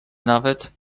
nawet